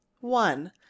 one